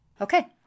Okay